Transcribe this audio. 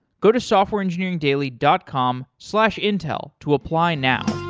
go to softwareengineeringdaily dot com slash intel to apply now.